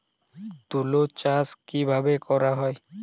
তুলো চাষ কিভাবে করা হয়?